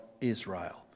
Israel